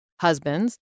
husbands